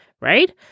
right